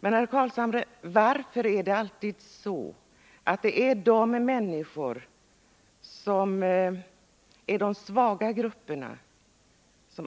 Men, herr Carlshamre, varför skall de människor som tillhör de svaga grupperna